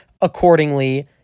accordingly